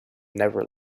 never